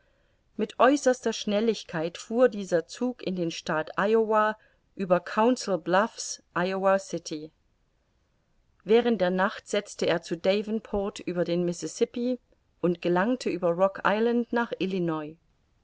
mit äußerster schnelligkeit fuhr dieser zug in den staat iowa über council bluffs iowa city während der nacht setzte er zu davenport über den mississippi und gelangte über rock island nach